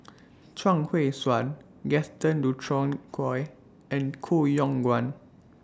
Chuang Hui Tsuan Gaston Dutronquoy and Koh Yong Guan